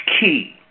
key